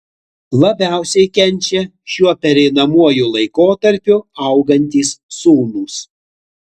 labiausiai kenčia šiuo pereinamuoju laikotarpiu augantys sūnūs